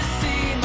see